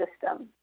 system